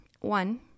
one